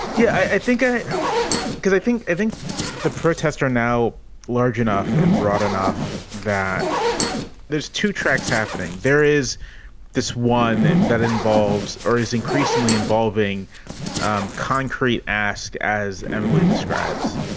yeah, i think because i think i think the protests are now large enough and broad enough that there's two tracks happening. there is this one that that involves or is increasingly involving um concrete ask, as emily describes,